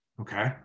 Okay